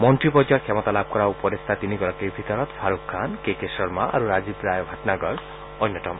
মন্ত্ৰী পৰ্যায়ৰ ক্ষমতা লাভ কৰা উপদেষ্টা তিনিগৰাকীৰ ভিতৰত ফাৰুক খান কে কে শৰ্মা আৰু ৰাজীৱ ৰায় ভাটনাগৰ অন্যতম